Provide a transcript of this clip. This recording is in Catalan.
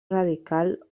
radical